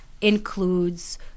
includes—